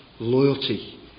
loyalty